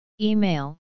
Email